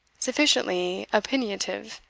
sufficiently opinionative,